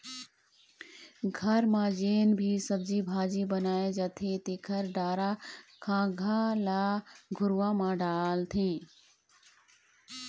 घर म जेन भी सब्जी भाजी बनाए जाथे तेखर डारा खांधा ल घुरूवा म डालथे